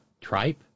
Tripe